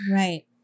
right